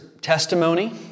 testimony